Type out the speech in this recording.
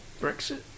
Brexit